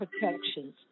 protections